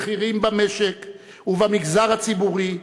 בכירים במשק ובמגזר הציבורי,